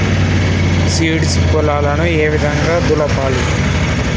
Seeds పొలాలను ఏ విధంగా దులపాలి?